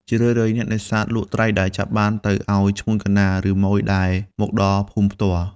ជារឿយៗអ្នកនេសាទលក់ត្រីដែលចាប់បានទៅឱ្យ ឈ្មួញកណ្តាល ឬម៉ូយដែលមកដល់ភូមិផ្ទាល់។